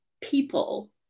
people